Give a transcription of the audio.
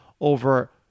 over